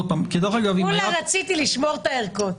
כולה רציתי לשמור את הערכות.